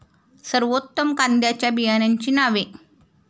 सर्वोत्तम कांद्यांच्या बियाण्यांची नावे?